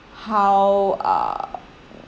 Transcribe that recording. how uh